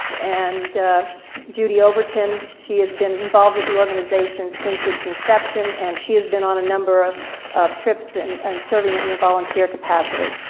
and judy overton, she has been involved with the organization since it's inception and she has been on a number of of trips and and serving in the volunteer capacity.